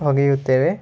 ಒಗೆಯುತ್ತೇವೆ